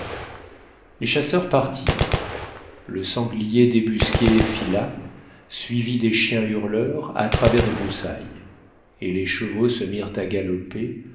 les chasseurs partirent le sanglier débusqué fila suivi des chiens hurleurs à travers des broussailles et les chevaux se mirent à galoper